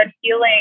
healing